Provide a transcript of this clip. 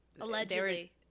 Allegedly